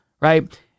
right